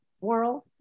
world